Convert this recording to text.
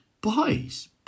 Boys